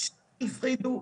הפריטו,